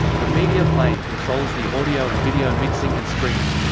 the media plane controls the audio and video mixing and streaming.